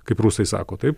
kaip rusai sako taip